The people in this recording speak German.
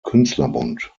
künstlerbund